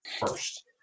first